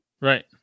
Right